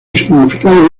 significado